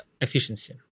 efficiency